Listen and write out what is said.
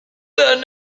there